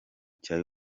cya